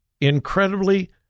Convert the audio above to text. incredibly